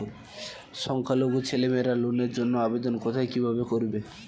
সংখ্যালঘু ছেলেমেয়েরা লোনের জন্য আবেদন কোথায় কিভাবে করবে?